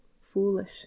foolish